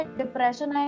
depression